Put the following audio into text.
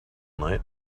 night